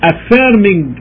Affirming